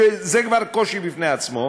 וזה כבר קושי בפני עצמו,